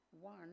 one